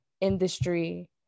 industry